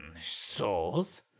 Souls